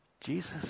Jesus